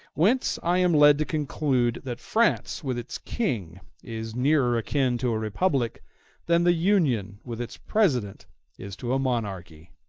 whence i am led to conclude that france with its king is nearer akin to a republic than the union with its president is to a monarchy.